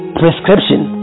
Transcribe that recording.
prescription